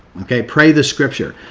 okay? pray the scripture.